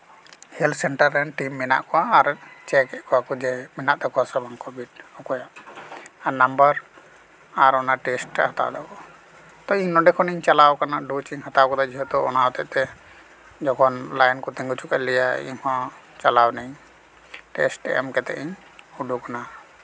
health centre ᱨᱮᱱ team ᱢᱮᱱᱟᱜ ᱠᱚᱣᱟ ᱟᱨ ᱪᱮᱠ ᱮᱜ ᱠᱚᱣᱟ ᱠᱚ ᱡᱮ ᱢᱮᱱᱟᱜ ᱛᱟᱠᱚᱣᱟ ᱥᱮ ᱵᱟ ᱚᱠᱚᱭᱟᱜ ᱟᱨ ᱱᱟᱢᱵᱟᱨ ᱟᱨ ᱴᱮᱥᱴ ᱮ ᱦᱟᱛᱟᱣᱫᱟ ᱛᱚ ᱤᱧ ᱱᱚᱰᱮ ᱠᱷᱚᱱᱤᱧ ᱪᱟᱞᱟᱣ ᱠᱟᱱᱟ ᱰᱳᱡᱽ ᱤᱧ ᱦᱟᱛᱟᱣ ᱠᱟᱫᱟ ᱡᱮᱦᱮᱛᱩ ᱚᱱᱟ ᱦᱚᱛᱮᱜ ᱛᱮ ᱡᱚᱠᱷᱚᱱ ᱞᱟᱹᱭᱤᱱ ᱠᱚ ᱛᱤᱸᱜᱩ ᱦᱚᱪᱚ ᱠᱮᱜ ᱞᱮᱭᱟ ᱤᱧ ᱦᱚᱸ ᱪᱟᱞᱟᱣ ᱱᱟᱹᱧ ᱴᱮᱥᱴ ᱮᱢ ᱠᱟᱛᱮ ᱤᱧ ᱩᱰᱩᱠ ᱮᱱᱟ